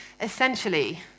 essentially